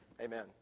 amen